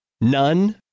None